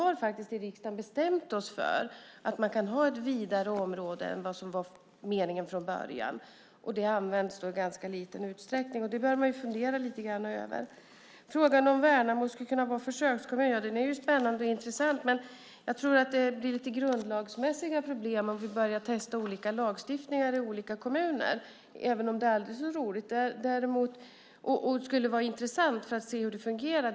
Riksdagen har bestämt att man kan ha ett vidare område än vad som var meningen från början, och det används i ganska liten utsträckning. Det bör man fundera lite grann över. Frågan om Värnamo skulle kunna vara försökskommun är spännande och intressant, men jag tror att det blir lite grundlagsmässiga problem om vi börjar testa olika lagstiftningar i olika kommuner, även om det är aldrig så roligt och skulle vara intressant för att se hur det fungerar.